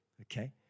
okay